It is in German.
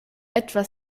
etwa